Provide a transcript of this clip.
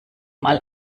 mal